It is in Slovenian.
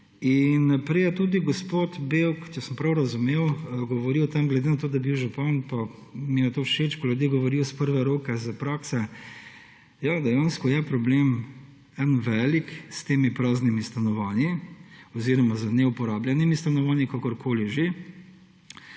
Prej je tudi gospod Bevk, če sem prav razumel, govoril o tem – glede na to, da je bil župan, mi je to všeč, ko ljudje govorijo iz prve roke, iz prakse. Ja, dejansko je velik problem s temi praznimi stanovanji oziroma z neuporabljenimi stanovanji, kakorkoli že.